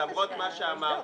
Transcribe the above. למרות מה שאמרתי,